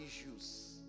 issues